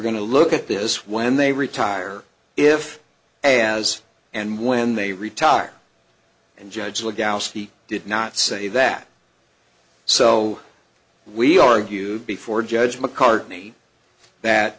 going to look at this when they retire if as and when they retire and judge the gals he did not say that so we argue before judge macartney that